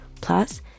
Plus